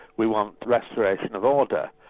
we want restoration of order.